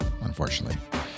unfortunately